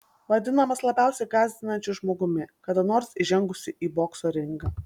vadinamas labiausiai gąsdinančiu žmogumi kada nors įžengusiu į bokso ringą